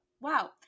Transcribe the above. Wow